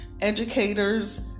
educators